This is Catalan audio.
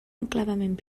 enclavament